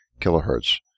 kilohertz